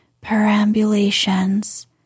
perambulations